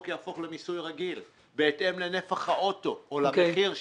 יהפוך למיסוי רגיל בהתאם לנפח האוטו או למחיר שלו.